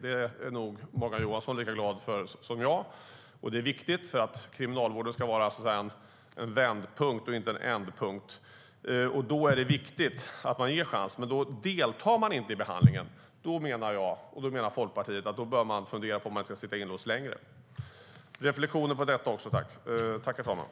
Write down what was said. Det är nog Morgan Johansson lika glad för som jag, och det är viktigt. Kriminalvården ska vara en vändpunkt och inte en ändpunkt, och vi vet att det är många personer som aktivt försöker förändra sitt liv. Då är det viktigt att man ger dem en chans, men om en person inte deltar i behandling menar jag och Folkpartiet att man bör fundera på om personen i fråga ska sitta inlåst längre.